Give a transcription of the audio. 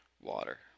water